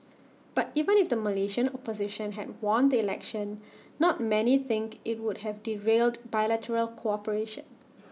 but even if the Malaysian opposition had won the election not many think IT would have derailed bilateral cooperation